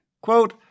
Quote